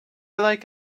like